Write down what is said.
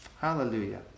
Hallelujah